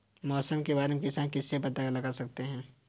मौसम के बारे में किसान किससे पता लगा सकते हैं?